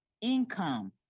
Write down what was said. income